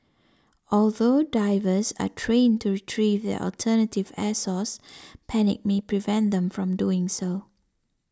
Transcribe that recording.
although divers are trained to retrieve their alternative air source panic may prevent them from doing so